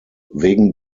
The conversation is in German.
wegen